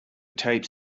tapes